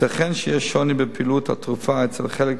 ייתכן שיש שוני בפעילות התרופה אצל חלק